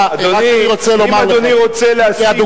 אני רק רוצה לומר לך, זה לא